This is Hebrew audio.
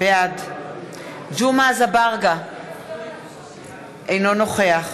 בעד ג'מעה אזברגה, אינו נוכח